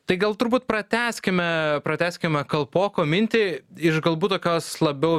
tai gal turbūt pratęskime pratęskime kalpoko mintį iš galbūt tokios labiau